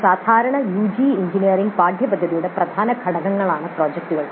ഒരു സാധാരണ UG engineering പാഠ്യപദ്ധതിയുടെ പ്രധാന ഘടകങ്ങളാണ് പ്രോജക്റ്റുകൾ